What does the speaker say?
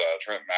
trent